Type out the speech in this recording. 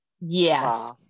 yes